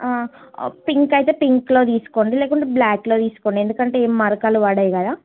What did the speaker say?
pink అయితే పింక్లో తీసుకోండి లేకుంటే బ్లాక్లో తీసుకోండి ఎందుకంటే ఏం మరకలు పడవు కదా